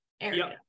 area